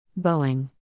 Boeing